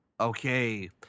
okay